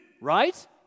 right